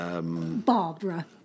Barbara